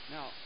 Now